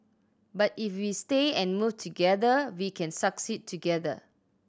but if we stay and move together we can succeed together